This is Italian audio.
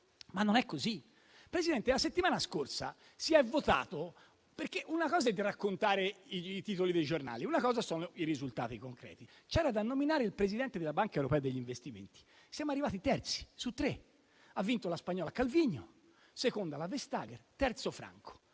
ma non è così. Presidente, la settimana scorsa si è votato perché una cosa è raccontare i titoli dei giornali, altra sono i risultati concreti. C'era da nominare il Presidente della Banca europea per gli investimenti: siamo arrivati terzi su tre; ha vinto la spagnola Calviño, seconda è arrivata la Vestager e terzo Franco.